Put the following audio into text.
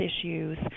issues